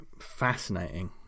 fascinating